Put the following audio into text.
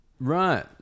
Right